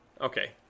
Okay